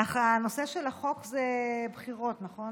של החוק הוא בחירות, נכון?